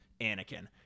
Anakin